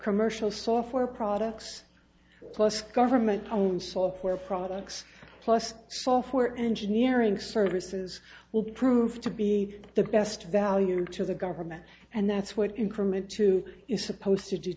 commercial software products plus government own software products plus software engineering services will prove to be the best value to the government and that's what increment two is supposed to d